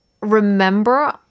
remember